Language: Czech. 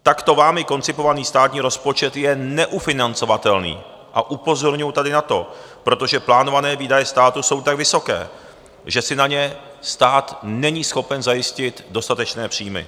Takto vámi koncipovaný státní rozpočet je neufinancovatelný a upozorňuji tady na to, protože plánované výdaje státu jsou tak vysoké, že si na ně stát není schopen zajistit dostatečné příjmy.